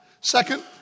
Second